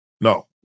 no